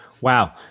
Wow